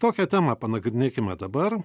tokią temą panagrinėkime dabar